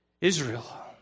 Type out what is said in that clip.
Israel